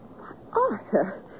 Arthur